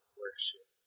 worship